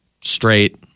straight